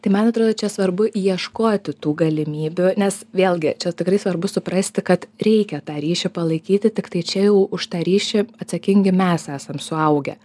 tai man atrodo čia svarbu ieškoti tų galimybių nes vėlgi čia tikrai svarbu suprasti kad reikia tą ryšį palaikyti tiktai čia jau už tą ryšį atsakingi mes esam suaugę